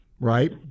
Right